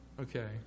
Okay